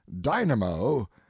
dynamo